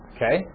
Okay